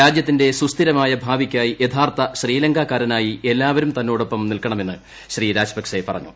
രാജ്യത്തിന്റെ സുസ്ഥിരമായ ഭാവിക്കായി യഥാർത്ഥ ശ്രീലങ്കക്കാരായി എല്ലാവരും തന്നോടൊപ്പം നിൽക്കണമെന്നും ശ്രീ രാജപക്സെ പറഞ്ഞു